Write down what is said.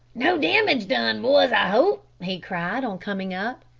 no damage done, boys, i hope? he cried on coming up.